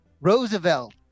Roosevelt